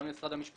גם למשרד המשפטים,